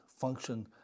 function